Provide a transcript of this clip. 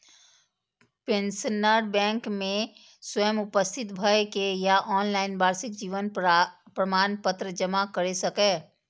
pensioner bank मे स्वयं उपस्थित भए के या ऑनलाइन वार्षिक जीवन प्रमाण पत्र जमा कैर सकैए